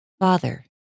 Father